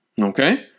Okay